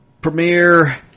premiere